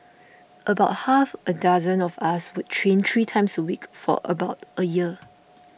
about half a dozen of us would train three times a week for about a year